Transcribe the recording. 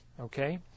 okay